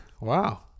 Wow